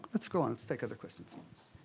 let's go on, let's take other questions.